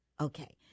Okay